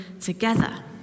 together